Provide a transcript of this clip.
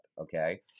okay